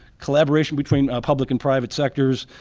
collaborations between public and private sectors,